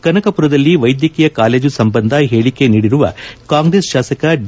ಕನಕಪುರದಲ್ಲಿ ವೈದ್ಯಕೀಯ ಕಾಲೇಜು ಸಂಬಂಧ ಹೇಳಿಕೆ ನೀಡಿರುವ ಕಾಂಗ್ರೆಸ್ ಶಾಸಕ ಡಿ